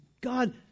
God